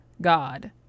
God